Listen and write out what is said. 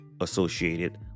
associated